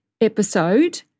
episode